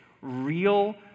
real